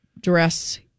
dress